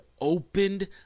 opened